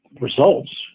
results